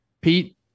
Pete